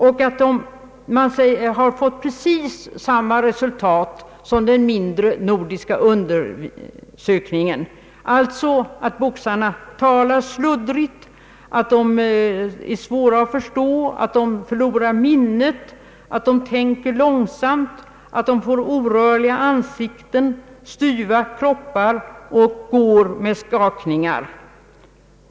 Den visar samma resultat som den mindre nordiska undersökningen, nämligen att boxarna talar sluddrigt, att de är svåra att förstå, att de förlorar minnet, att de tänker långsamt, att de får orörliga ansikten och styva kroppar och ofta går med skakningar.